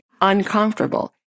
uncomfortable